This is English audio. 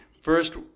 first